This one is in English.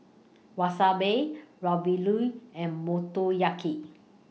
Wasabi Ravioli and Motoyaki